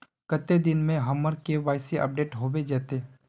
कते दिन में हमर के.वाई.सी अपडेट होबे जयते?